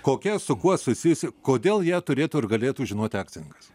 kokia su kuo susijusi kodėl ją turėtų ir galėtų žinoti akcininkas